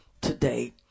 today